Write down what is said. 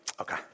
Okay